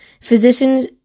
physicians